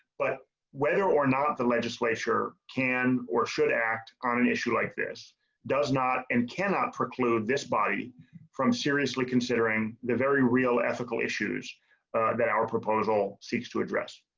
but whether or not the legislature can or should act on an issue like this does not and cannot preclude this body from seriously considering the very real ethical issues that our proposal seeks to address.